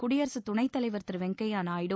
குடியரசு துணைத் தலைவர் திரு வெங்கய்ய நாயுடு